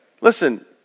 Listen